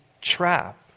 trap